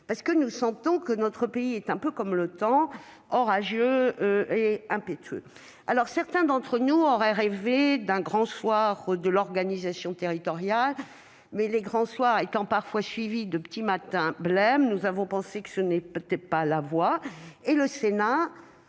car nous sentons que notre pays est un peu comme le temps : orageux et impétueux. Certains d'entre nous ont rêvé d'un grand soir de l'organisation territoriale, mais, les grands soirs étant parfois suivis de petits matins blêmes, nous avons pensé que ce n'était peut-être pas